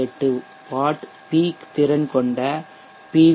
8 watt peak திறன் கொண்ட B